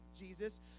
Jesus